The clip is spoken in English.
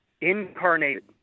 incarnated